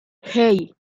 hey